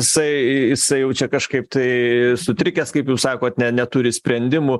jisai jisai jau čia kažkaip tai sutrikęs kaip jūs sakot ne neturi sprendimų